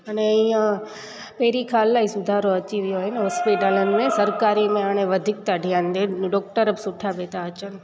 अने ईअं आहे पहिरीं खां इलाही सुधारो अची वियो आहे न हॉस्पिटलनि में सरकारी में हाणे वधीक था ध्यानु ॾियनि डॉक्टर बि सुठा पिया था अचनि